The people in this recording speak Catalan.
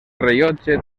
rellotge